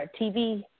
TV